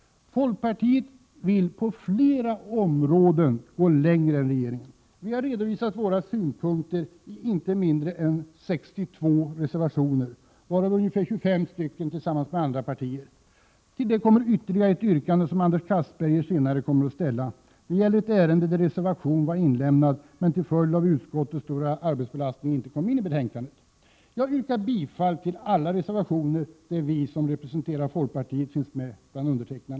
Folkpartiet vill dock på flera områden gå längre än regeringen. Vi har redovisat våra synpunker i inte mindre än 62 reservationer, varav ungefär 25 Prot. 1987/88:134 avgivits tillsammans med andra partier. Till detta kommer ytterligare ett 6 juni 1988 yrkande som Anders Castberger senare kommer att ställa. Det gäller ett ärende där en reservation var inlämnad men till följd av utskottets stora arbetsbelastning inte kom med i betänkandet. Jag yrkar bifall till alla reservationer där vi som representerar folkpartiet finns med.